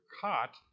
caught